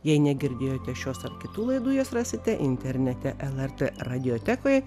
jei negirdėjote šios ar kitų laidų jas rasite internete lrt radiotekoj